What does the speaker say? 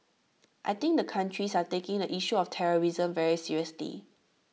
I think the countries are taking the issue of terrorism very seriously